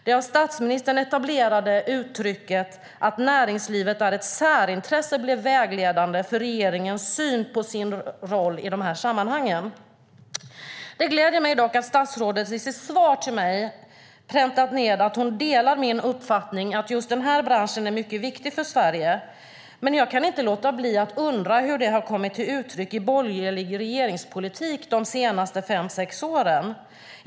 Det av statsministern etablerade uttrycket att näringslivet är ett särintresse blev vägledande för regeringens syn på sin roll i de här sammanhangen. Det gläder mig dock att statsrådet i sitt svar till mig har präntat ned att hon delar min uppfattning att just den här branschen är mycket viktig för Sverige. Jag kan dock inte låta bli att undra hur det har kommit till uttryck i borgerlig regeringspolitik de senaste fem sex åren.